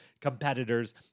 competitors